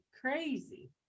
crazy